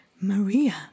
Maria